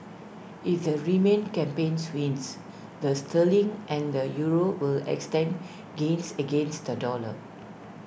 if the remain campaigns wins the sterling and the euro will extend gains against the dollar